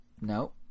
No